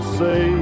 say